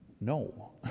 no